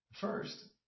First